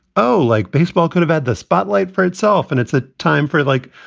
oh, like baseball could have had the spotlight for itself. and it's a time for, like,